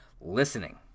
listening